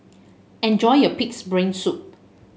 enjoy your pig's brain soup